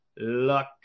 luck